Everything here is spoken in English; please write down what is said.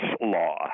Law